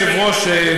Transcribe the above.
אדוני היושב-ראש,